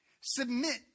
Submit